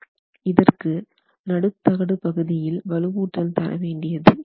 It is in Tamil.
இதற்கு நடுத்தகடுபகுதியில் வலுவூட்டல் தரவேண்டியது இல்லை